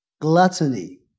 Gluttony